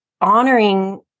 honoring